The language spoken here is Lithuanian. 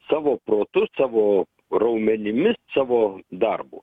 savo protu savo raumenimis savo darbu